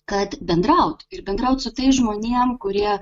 kad bendraut ir bendraut su tais žmonėm kurie